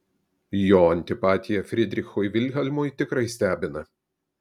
jo antipatija frydrichui vilhelmui tikrai stebina